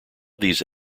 these